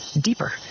deeper